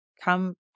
Come